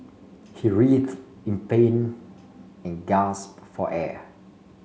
he writhed in pain and gasp for air